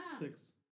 Six